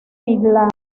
midland